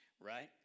right